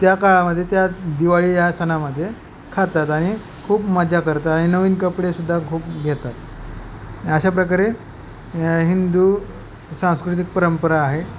त्या काळामध्ये त्या दिवाळी या सणामध्ये खातात आणि खूप मजा करतात आणि नवीन कपडेसुद्धा खूप घेतात अशा प्रकारे हिंदू सांस्कृतिक परंपरा आहे